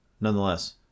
Nonetheless